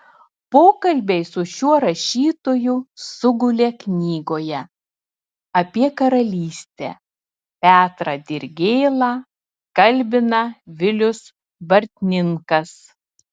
pokalbiai su šiuo rašytoju sugulė knygoje apie karalystę petrą dirgėlą kalbina vilius bartninkas